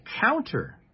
counter